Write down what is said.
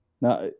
Now